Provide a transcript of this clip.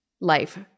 life